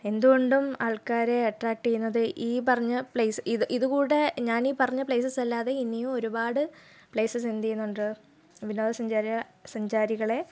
എന്തുകൊണ്ടും ആൾക്കാരെ അട്രാക്ട് ചെയ്യുന്നത് ഈ പറഞ്ഞ പ്ലേസ് ഇത് ഇത് കൂടെ ഞാൻ ഈ പറഞ്ഞ പ്ലേസസ് അല്ലാതെ ഇനിയും ഒരുപാട് പ്ലേസസ് എന്ത് ചെയ്യുന്നുണ്ട് വിനോദ സഞ്ചാ സഞ്ചാരികളെ